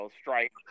Strike